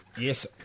Yes